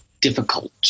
difficult